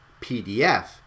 PDF